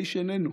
והאיש איננו.